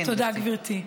בבקשה, גברתי.